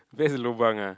that is lobang ah